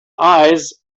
eyes